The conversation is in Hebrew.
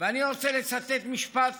ואני רוצה לצטט משפט